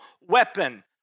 weapon